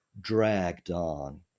dragged-on